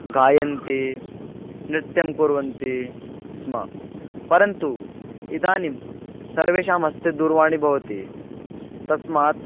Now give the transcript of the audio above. गायन्ति नृत्यं कुर्वन्ति स्म परन्तु इदानीं सर्वेषां हस्ते दूरवाणी भवति तस्मात्